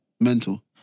mental